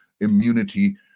immunity